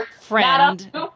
friend